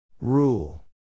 Rule